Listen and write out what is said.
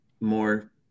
more